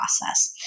process